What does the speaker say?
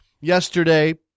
yesterday